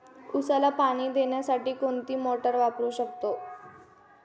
उसाला पाणी देण्यासाठी कोणती मोटार वापरू शकतो?